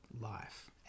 life